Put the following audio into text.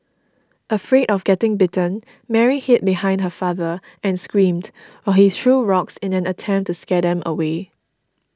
afraid of getting bitten Mary hid behind her father and screamed while he threw rocks in an attempt to scare them away